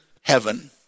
Heaven